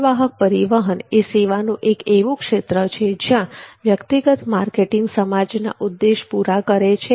માલવાહક પરિવહન એક સેવાનુ એક એવું ક્ષેત્ર છે જ્યાં વ્યક્તિગત માર્કેટિંગ સમાજના ઉદ્દેશ્ય પૂરા કરે છે